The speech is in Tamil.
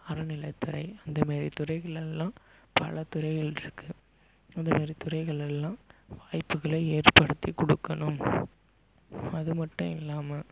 அறநிலை துறை அந்தமேரி துறைகள் எல்லாம் பல துறைகள் இருக்குது அந்தமேரி துறைகள் எல்லாம் வாய்ப்புகளை ஏற்படுத்தி கொடுக்கணும் அதுமட்டும் இல்லாமல்